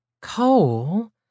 Coal